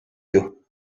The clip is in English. you